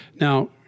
Now